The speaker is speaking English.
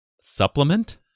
supplement